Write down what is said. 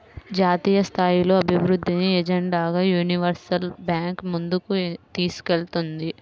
జాతీయస్థాయిలో అభివృద్ధిని ఎజెండాగా యూనివర్సల్ బ్యాంకు ముందుకు తీసుకెళ్తుంది